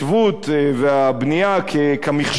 ההתיישבות והבנייה כמכשול,